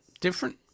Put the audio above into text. different